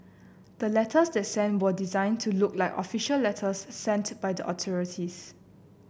the letters they sent were designed to look like official letters sent by the authorities